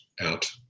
out